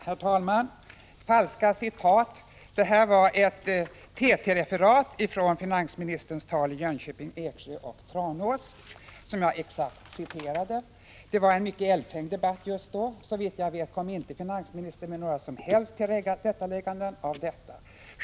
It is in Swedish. Herr talman! Förfalska citat! Det jag läste upp var ett exakt citat från ett TT-referat av finansministerns tal i Jönköping, Eksjö och Tranås. Debatten var mycket eldfängd då. Såvitt jag vet kom inte finansministern med några som helst tillrättalägganden.